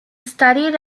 studied